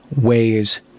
ways